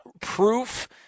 proof